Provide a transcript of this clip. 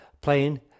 playing